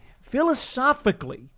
philosophically